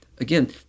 again